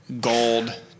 gold